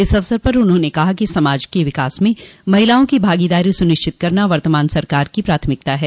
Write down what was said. इस अवसर पर उन्होंने कहा कि समाज के विकास में महिलाओं की भागदारी सुनिश्चित करना वर्तमान सरकार की प्राथमिकता है